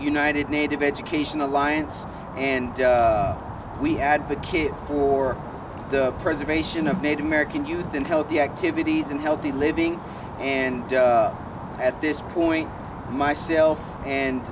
united native education alliance and we advocate for the preservation of native american youth in healthy activities and healthy living and at this point myself and